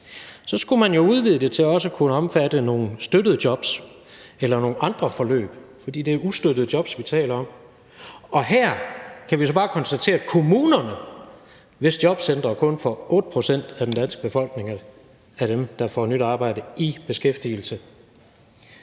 skulle man jo udvide det til også at kunne omfatte nogle støttede jobs eller nogle andre forløb – for det er jo ustøttede jobs, vi taler om. Her kan vi bare konstatere, at kommunernes jobcentre kun får 8 pct. af dem i den danske befolkning, der får nyt arbejde, i beskæftigelse.